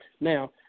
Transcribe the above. now